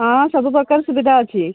ହଁ ସବୁପ୍ରକାର ସୁବିଧା ଅଛି